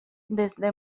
desde